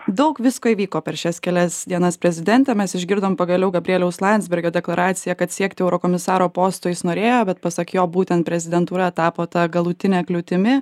daug visko įvyko per šias kelias dienas prezidente mes išgirdome pagaliau gabrieliaus landsbergio deklaraciją kad siekti eurokomisaro posto jis norėjo bet pasak jo būtent prezidentūra tapo ta galutine kliūtimi